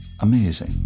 Amazing